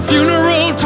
Funeral